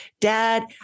Dad